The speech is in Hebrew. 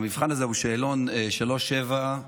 המבחן הזה, שאלון 37381,